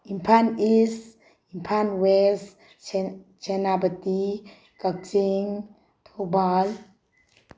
Imphal east Imphal west Senapati Kakching Thoubal